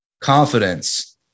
confidence